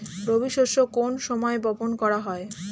রবি শস্য কোন সময় বপন করা হয়?